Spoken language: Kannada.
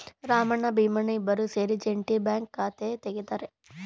ರಾಮಣ್ಣ ಭೀಮಣ್ಣ ಇಬ್ಬರೂ ಸೇರಿ ಜೆಂಟಿ ಬ್ಯಾಂಕ್ ಖಾತೆ ತೆರೆದರು